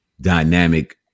dynamic